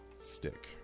stick